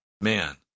man